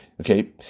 Okay